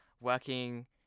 working